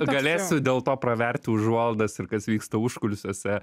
galėsiu dėlto praverti užuolaidas ir kas vyksta užkulisiuose